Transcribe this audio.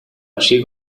allí